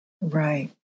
Right